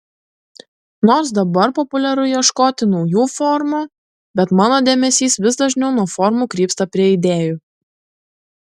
nors dabar populiaru ieškoti naujų formų bet mano dėmesys vis dažniau nuo formų krypsta prie idėjų